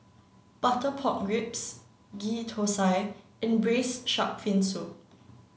Butter Pork Ribs Ghee Thosai and Braised Shark Fin Soup